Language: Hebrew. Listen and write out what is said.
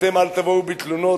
אתם אל תבואו בתלונות.